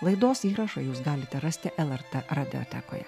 laidos įrašą jūs galite rasti lrt radiotekoje